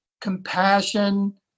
compassion